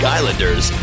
Islanders